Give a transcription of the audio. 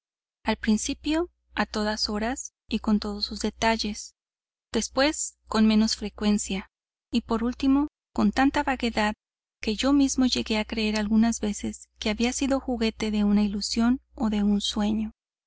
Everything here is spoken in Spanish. al principio a todas horas y con todos sus detalles después con menos frecuencia y por último con tanta vaguedad que yo mismo llegué a creer algunas veces que había sido juguete de una ilusión o de un sueño